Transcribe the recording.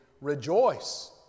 rejoice